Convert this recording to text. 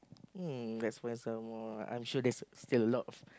um let's find some more I'm sure there is still a lot of